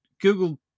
Google